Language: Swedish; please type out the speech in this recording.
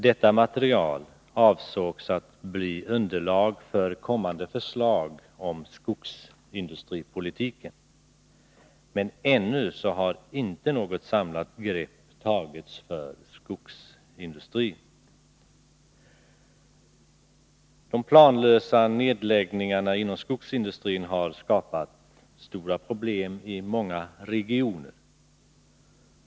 Detta material avsågs att bli underlag för kommande förslag om skogsindustripolitiken, men än har inte något samlat grepp tagits för skogsindustrin. Dessa planlösa nedläggningar inom skogsindustrin har skapat stora problem i många regioner.